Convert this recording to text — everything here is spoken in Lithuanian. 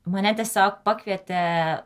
mane tiesiog pakvietė